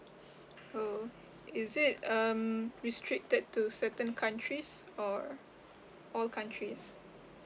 oh is it um restricted to certain countries or all countries